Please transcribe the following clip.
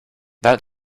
that